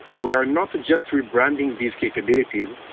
we are not just re-branding these capabilities,